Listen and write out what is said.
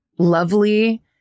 lovely